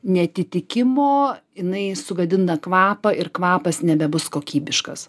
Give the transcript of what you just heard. neatitikimo jinai sugadina kvapą ir kvapas nebebus kokybiškas